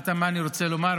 שמעת מה אני רוצה לומר?